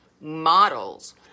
models